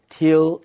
till